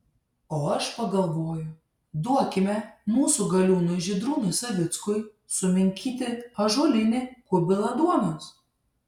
o aš pagalvoju duokime mūsų galiūnui žydrūnui savickui suminkyti ąžuolinį kubilą duonos